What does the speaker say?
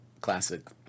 Classic